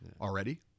already